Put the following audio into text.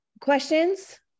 questions